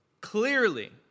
clearly